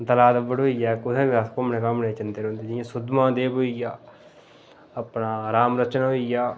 दला दब्बड़ होई गेआ एक्क उत्थै बी अस घूमने घामने गी जंदे रौंह्दे जियां सुद्धमहादेव होई गेआ अपना राम लच्चन होई गेआ